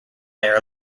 air